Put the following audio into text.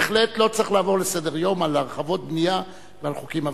בהחלט לא צריך לעבור לסדר-יום על הרחבות בנייה ועל חוקים.